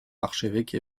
archevêque